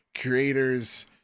creators